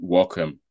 Welcome